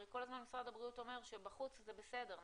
הרי כל הזמן משרד הבריאות אומר שבחוץ זה בסדר,